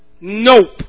Nope